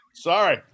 Sorry